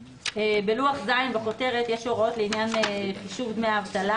בלוח ז' בכותרת יש הוראות לעניין חישוב דמי האבטלה.